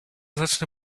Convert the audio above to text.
zacznę